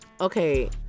okay